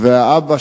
והאבא,